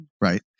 right